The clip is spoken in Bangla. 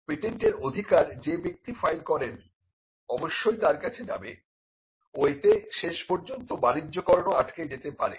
পেটেন্টের অধিকার যে ব্যক্তি ফাইল করেন অবশ্যই তার কাছে যাবে ও এতে শেষ পর্যন্ত বাণিজ্যকরণও আটকে যেতে পারে